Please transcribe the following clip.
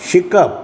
शिकप